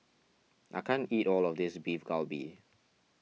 I can't eat all of this Beef Galbi